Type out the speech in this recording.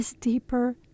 deeper